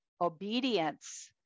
obedience